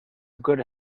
good